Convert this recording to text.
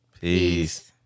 Peace